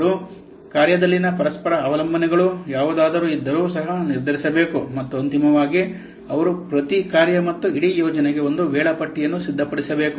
ಅವನು ಕಾರ್ಯದಲ್ಲಿನ ಪರಸ್ಪರ ಅವಲಂಬನೆಗಳು ಯಾವುದಾದರೂ ಇದ್ದರೂ ಸಹ ನಿರ್ಧರಿಸಬೇಕು ಮತ್ತು ಅಂತಿಮವಾಗಿ ಅವರು ಪ್ರತಿ ಕಾರ್ಯ ಮತ್ತು ಇಡೀ ಯೋಜನೆಗೆ ಒಂದು ವೇಳಾಪಟ್ಟಿಯನ್ನು ಸಿದ್ಧಪಡಿಸಬೇಕು